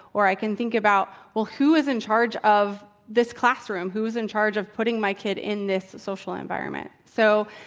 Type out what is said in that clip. or i can think about, well, who was in charge of this classroom? who's in charge of putting my kid in this social environment? so,